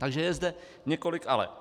Takže je zde několik ale.